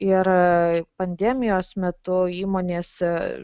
ir pandemijos metu įmonės